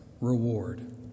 reward